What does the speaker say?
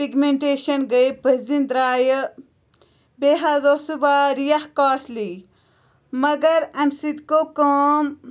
pigmentation گٔے بٔزِن درٛایہِ بیٚیہِ حظ اوس سُہ واریاہ کاسلی مگر اَمہِ سۭتۍ گوٚو کٲم